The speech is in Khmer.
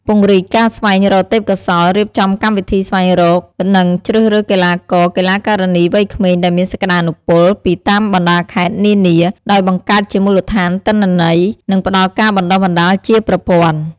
ពង្រីកការស្វែងរកទេពកោសល្យ រៀបចំកម្មវិធីស្វែងរក និងជ្រើសរើសកីឡាករ-កីឡាការិនីវ័យក្មេងដែលមានសក្តានុពលពីតាមបណ្ដាខេត្តនានា ដោយបង្កើតជាមូលដ្ឋានទិន្នន័យ និងផ្តល់ការបណ្តុះបណ្តាលជាប្រព័ន្ធ។